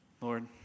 Lord